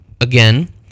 Again